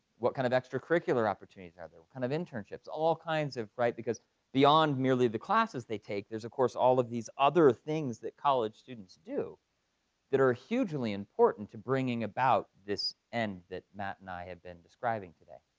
what kind of extracurricular opportunities are there? what kind of internships? all kinds of, right? because beyond merely the classes they take, there's, of course, all of these other things that college students do that are hugely important to bringing about this end that matt and i have been describing today.